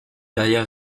derrière